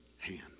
hand